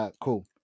Cool